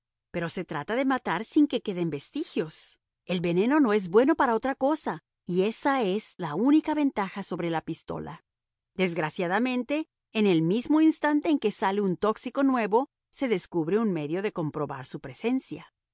pero se trata de matar sin que queden vestigios el veneno no es bueno para otra cosa y ésa es la única ventaja sobre la pistola desgraciadamente en el mismo instante en que sale un tóxico nuevo se descubre un medio de comprobar su presencia